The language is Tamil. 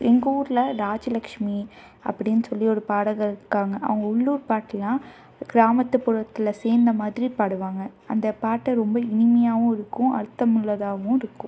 எங்கூரில் ராஜலக்ஷ்மி அப்படின்னு சொல்லி ஒரு பாடகர் இருக்காங்க அவங்க உள்ளூர் பாட்டெலாம் கிராமத்துப்புறத்தில் சேர்ந்த மாதிரி பாடுவாங்க அந்த பாட்டு ரொம்ப இனிமையாகவும் இருக்கும் அர்த்தமுள்ளதாகவும் இருக்கும்